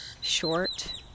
short